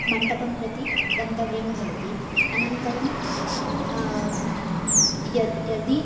मण्डपं प्रति गन्तव्यं भवति अनन्तरं यदि यदि